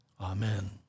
Amen